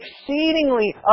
Exceedingly